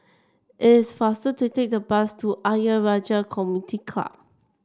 it's faster to take the bus to Ayer Rajah Community Club